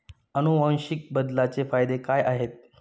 अनुवांशिक बदलाचे फायदे काय आहेत?